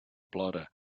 plora